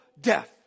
death